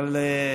אבל,